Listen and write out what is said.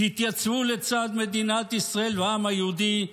תתייצבו לצד מדינת ישראל והעם היהודי,